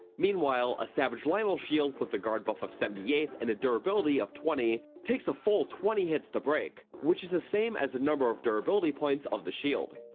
meanwhile, a savage lynel shield with a guard buff of seventy eight and a durability of twenty, takes a full twenty hits to break, which is the same as the number of durability points of the shield.